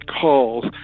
calls